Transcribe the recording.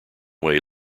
way